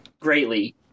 greatly